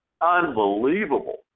Unbelievable